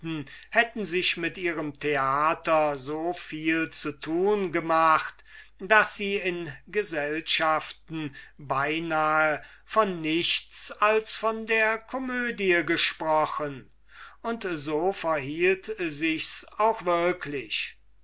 hätten sich mit ihrem theater so viel zu tun gemacht daß sie in gesellschaften beinahe von nichts als von der komödie gesprochen und so verhielt sichs auch wirklich